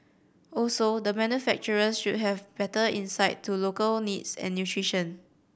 also the manufacturers should have better insight to local needs and nutrition